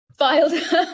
filed